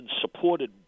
supported